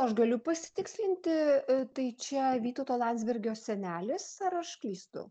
aš galiu pasitikslinti tai čia vytauto landsbergio senelis ar aš klystu